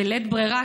בלית ברירה,